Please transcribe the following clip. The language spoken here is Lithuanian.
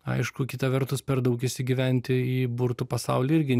aišku kita vertus per daug įsigyventi į burtų pasaulį irgi